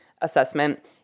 assessment